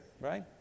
right